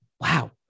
wow